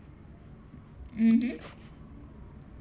mmhmm